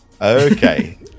Okay